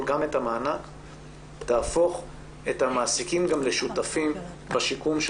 תהפוך את המעסיקים לשותפים בשיקום של